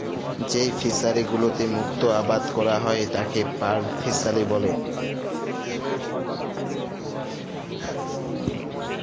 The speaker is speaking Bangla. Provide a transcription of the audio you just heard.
যেই ফিশারি গুলোতে মুক্ত আবাদ ক্যরা হ্যয় তাকে পার্ল ফিসারী ব্যলে